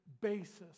basis